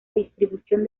distribución